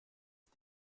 das